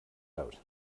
out